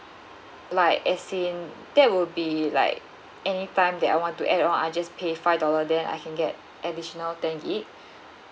like as in that will be like any time that I want to add on I just pay five dollar then I can get additional ten G_B